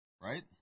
Right